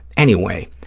anyway,